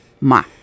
ma